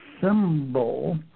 symbol